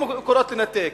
ו"מקורות" תנתק.